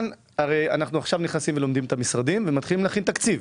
ואנחנו עכשיו נכנסים ולומדים את המשרדים ולומדים להכין תקציב.